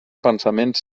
pensaments